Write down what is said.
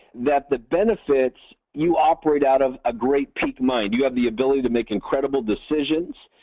that the benefit you operate out of a great peak mind. you have the ability to make incredible decisions,